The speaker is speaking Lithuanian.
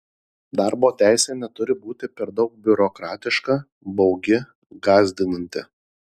darbo teisė neturi būti per daug biurokratiška baugi gąsdinanti